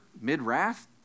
mid-wrath